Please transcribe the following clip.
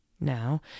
now